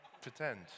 pretend